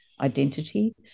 identity